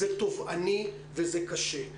זה תובעני וזה קשה.